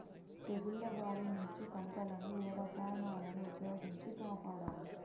తెగుళ్ల బారి నుంచి పంటలను ఏ రసాయనాలను ఉపయోగించి కాపాడాలి?